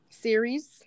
series